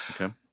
Okay